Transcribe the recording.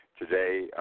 today